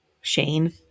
Shane